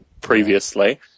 previously